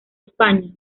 españa